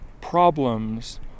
problems